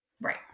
Right